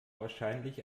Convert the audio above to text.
wahrscheinlich